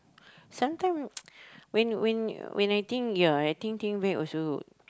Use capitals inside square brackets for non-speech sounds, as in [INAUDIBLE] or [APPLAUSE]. some time [NOISE] when when when I think ya I think think back also